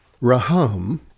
Raham